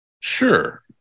Sure